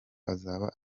azaba